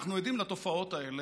אנחנו עדים לתופעות האלה,